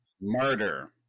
Murder